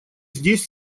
здесь